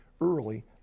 early